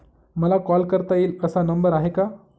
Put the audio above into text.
मला कॉल करता येईल असा नंबर आहे का?